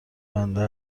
بنده